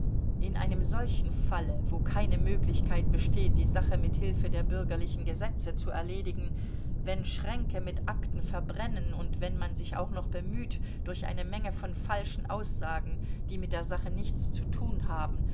in einem solchen falle wo keine möglichkeit besteht die sache mit hilfe der bürgerlichen gesetze zu erledigen wenn schränke mit akten verbrennen und wenn man sich auch noch bemüht durch eine menge von falschen aussagen die mit der sache nichts zu tun haben